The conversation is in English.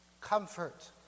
comfort